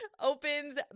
opens